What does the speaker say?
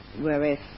whereas